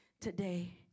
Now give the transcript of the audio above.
today